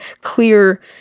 clear